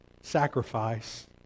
sacrifice